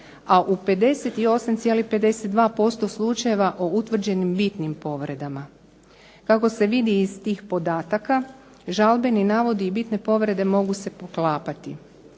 a u 58,52% slučajeva o utvrđenim bitnim povredama. Kako se vidi iz tih podataka žalbeni navodi i bitne povrede mogu se poklapati.